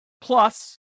Plus